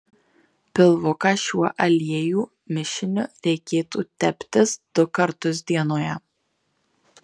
pilvuką šiuo aliejų mišiniu reikėtų teptis du kartus dienoje